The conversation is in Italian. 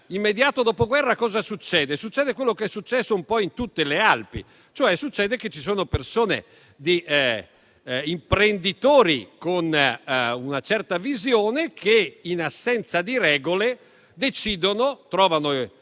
nell'immediato Dopoguerra succede quello che è successo un po' in tutte le Alpi, cioè accade che ci sono persone e imprenditori con una certa visione che, in assenza di regole, trovano